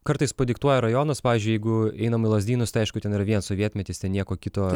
kartais padiktuoja rajonas pavyzdžiui jeigu einam į lazdynus tai aišku ten yra vien sovietmetis ten nieko kito